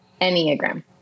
Enneagram